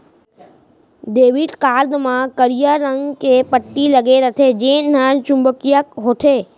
debit card म करिया रंग के पट्टी लगे रथे जेन हर चुंबकीय होथे